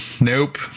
nope